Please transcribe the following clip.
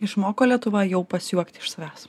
išmoko lietuva jau pasijuokt iš savęs